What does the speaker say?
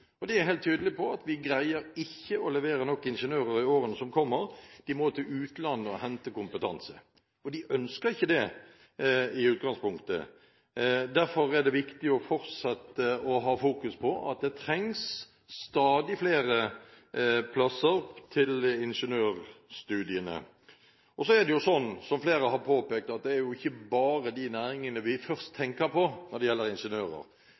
er helt tydelige på at vi ikke greier å levere nok ingeniører i årene som kommer. De må til utlandet og hente kompetanse, og det ønsker de i utgangspunktet ikke. Derfor er det viktig fortsatt å fokusere på at det trengs stadig flere plasser på ingeniørstudiene. Som flere har påpekt, er det ikke bare de næringene vi først tenker på når det gjelder mangel på ingeniører,